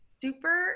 super